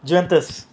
janthers